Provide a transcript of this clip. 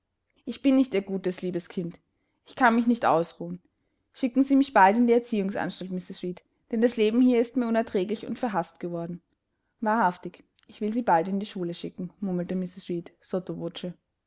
ich bin nicht ihr gutes liebes kind ich kann mich nicht ausruhen schicken sie mich bald in die erziehungsanstalt mrs reed denn das leben hier ist mir unerträglich und verhaßt geworden wahrhaftig ich will sie bald in die schule schicken murmelte